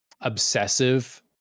obsessive